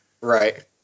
Right